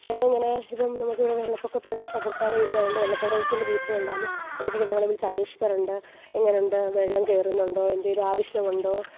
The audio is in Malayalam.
ഞങ്ങൾ ഇങ്ങനെ ഇപ്പം നമുക്ക് ഇവിടെ വെള്ളപ്പൊക്ക പ്രദേശം കുട്ടനാടേരിയായോണ്ട് വെള്ളപ്പൊക്കത്തിൻറ്റെ ഭീഷണിയുണ്ടാകുമ്പോൾ ഇടക്കൊക്കെ ഞങ്ങളെ വിളിച്ച് അന്വേഷിക്കാറുണ്ട് എങ്ങനുണ്ട് വെള്ളം കയറുന്നുണ്ടോ എന്തേലും അവശ്യമുണ്ടോ